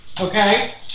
okay